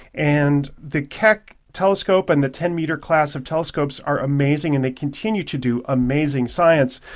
and the keck telescope and the ten metre class of telescopes are amazing and they continue to do amazing science,